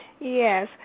Yes